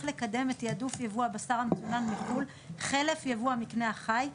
לקדם את תעדוף יבוא הבשר המצונן מחו"ל חלף יבוא המקנה החי,